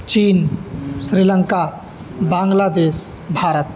China Sri Lanka Bangladesh Bharat